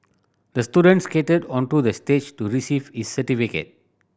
the student skated onto the stage to receive his certificate